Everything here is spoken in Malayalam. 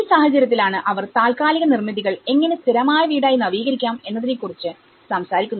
ഈ സാഹചര്യത്തിലാണ് അവർ താൽക്കാലിക നിർമിതികൾ എങ്ങനെ സ്ഥിരമായ വീടായി നവീകരിക്കാം എന്നതിനെ കുറിച്ച് സംസാരിക്കുന്നത്